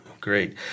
Great